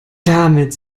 damit